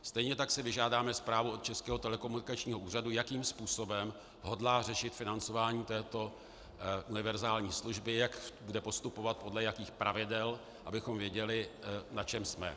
Stejně tak si vyžádáme zprávu od Českého telekomunikačního úřadu, jakým způsobem hodlá řešit financování této univerzální služby, jak bude postupovat, podle jakých pravidel, abychom věděli, na čem jsme.